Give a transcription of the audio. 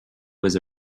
was